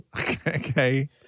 Okay